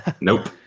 nope